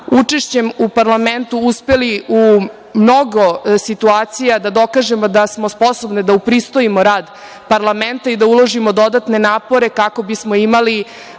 učešćem u parlamentu uspeli u mnogo situacija da dokažemo da smo sposobne da upristojimo rad parlamenta i da uložimo dodatne napore kako bi smo imali